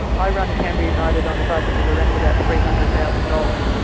i run canberra united on a budget of around about three hundred thousand dollars, and